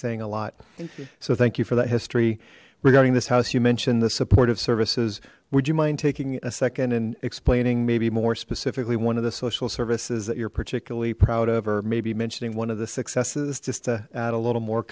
saying a lot so thank you for that history regarding this house you mentioned the supportive services would you mind taking a second and explaining maybe more specifically one of the social services that you're particularly proud of or maybe mentioning one of the successes just add a little more